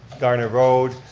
garner road,